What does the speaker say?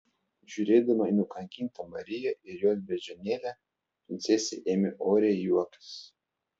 žiūrėdama į nukankintą mariją ir jos beždžionėlę princesė ėmė oriai juoktis